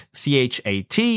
chat